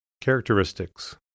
Characteristics